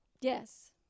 Yes